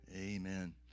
Amen